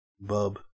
bub